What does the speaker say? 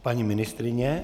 Paní ministryně?